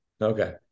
Okay